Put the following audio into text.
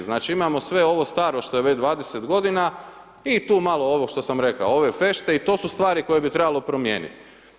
Znači imao sve ovo staro što je već 20 godina i tu malo ovog što sam rekao, ove fešte i to su stvari koje bi trebalo promijenit.